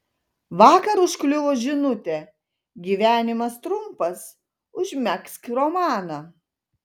vakar užkliuvo žinutė gyvenimas trumpas užmegzk romaną